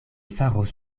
faros